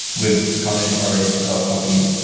with scala arrays result copy.